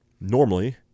Normally